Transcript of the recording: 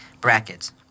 brackets